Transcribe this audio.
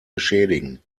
beschädigen